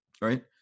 right